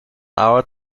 hour